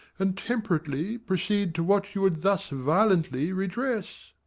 and temperately proceed to what you would thus violently redress.